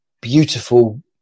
beautiful